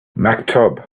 maktub